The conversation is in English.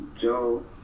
Joe